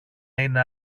είναι